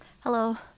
Hello